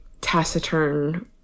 taciturn